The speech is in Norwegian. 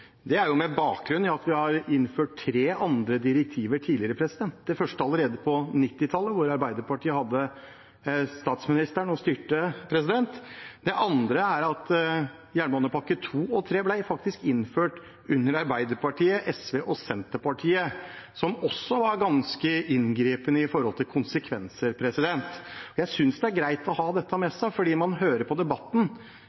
bakgrunn i at vi har innført tre andre direktiver tidligere. Det første innførte vi allerede på 1990-tallet, da Arbeiderpartiet hadde statsministeren og styrte. Jernbanepakkene II og III ble innført under Arbeiderpartiet, SV og Senterpartiet, og de var også ganske inngripende med tanke på konsekvenser. Jeg synes det er greit å ha dette med